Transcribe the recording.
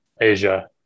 Asia